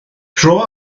dro